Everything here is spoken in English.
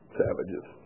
savages